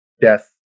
death